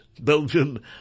Belgium